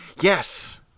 Yes